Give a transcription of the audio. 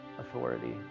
authority